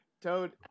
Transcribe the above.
Toad